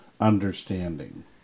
understanding